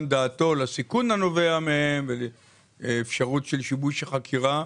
דעתו לסיכון הנובע מהם ולאפשרות של שיבוש החקירה.